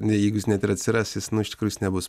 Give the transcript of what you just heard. ne jeigu jis net ir atsiras jis iš tikrųjų jis nebus